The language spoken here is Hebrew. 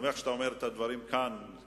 שמעתי את כל הגזירות הכלכליות